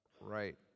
right